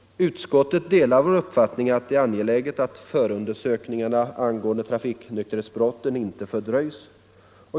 Utskottet delar vår uppfattning att det är angeläget att förundersökningarna angående trafiknykterhetsbrott inte fördröjs.